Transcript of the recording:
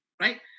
Right